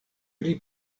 pri